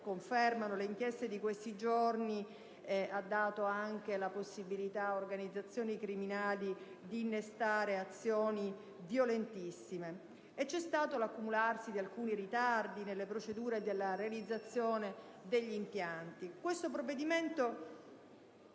confermano le inchieste di questi giorni, ha dato anche la possibilità a organizzazioni criminali di innescare azioni violentissime. Vi è stato anche l'accumularsi di alcuni ritardi nelle procedure di realizzazione degli impianti. Questo provvedimento